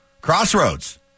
Crossroads